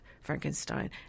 Frankenstein